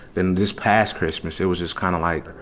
then this past christmas, it was just kind of like